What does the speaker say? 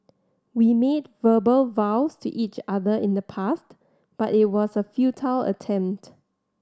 we made verbal vows to each other in the past but it was a futile attempt